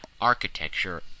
architecture